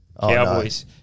Cowboys